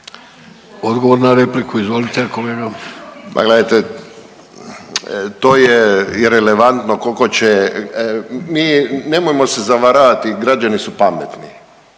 odgovor na repliku, izvolite.